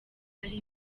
ari